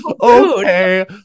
okay